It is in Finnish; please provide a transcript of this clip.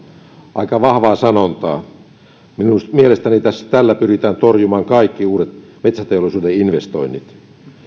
aika vahvaa sanontaa minun mielestäni tällä pyritään torjumaan kaikki uudet metsäteollisuuden investoinnit